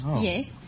yes